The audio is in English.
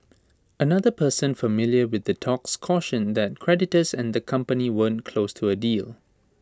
another person familiar with the talks cautioned that creditors and the company weren't close to A deal